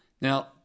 Now